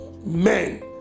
men